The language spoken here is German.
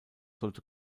sollte